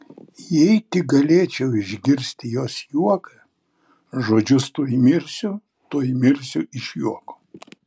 jei tik galėčiau išgirsti jos juoką žodžius tuoj mirsiu tuoj mirsiu iš juoko